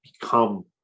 become